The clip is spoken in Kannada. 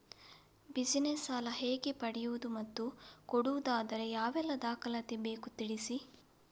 ಬಿಸಿನೆಸ್ ಸಾಲ ಹೇಗೆ ಪಡೆಯುವುದು ಮತ್ತು ಕೊಡುವುದಾದರೆ ಯಾವೆಲ್ಲ ದಾಖಲಾತಿ ಬೇಕು ತಿಳಿಸಿ?